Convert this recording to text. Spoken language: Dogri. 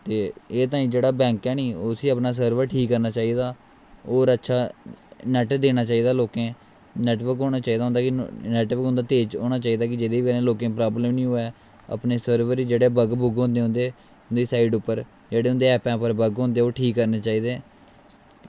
ते एह्दे ताहीं जेह्ड़ा बैंक ऐ नी उस्सी अपना सर्वर ठीक करना चाहिदा होर अच्छा नेट देना चाहिदा लोकें गी नेटवर्क होना चाहिदा नेट बी उं'दा तेज होना चाहिदा कि जेह्दी बजह कन्नै लोकें गी प्राब्लम निं होऐ अपने सर्वर जेह्ड़े बग बूग होंदे दूई साइट उप्पर जेह्ड़े बग उं'दे अपने उप्पर प्लग होंदे ठीक करने चाहिदे